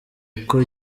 uko